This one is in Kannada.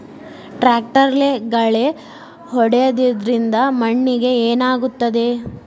ಟ್ರಾಕ್ಟರ್ಲೆ ಗಳೆ ಹೊಡೆದಿದ್ದರಿಂದ ಮಣ್ಣಿಗೆ ಏನಾಗುತ್ತದೆ?